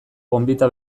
gonbita